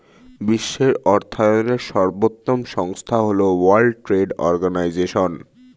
বিশ্বের অর্থায়নের সর্বোত্তম সংস্থা হল ওয়ার্ল্ড ট্রেড অর্গানাইজশন